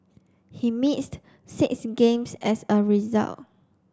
he missed six games as a result